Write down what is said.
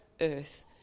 earth